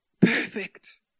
Perfect